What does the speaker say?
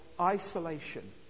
isolation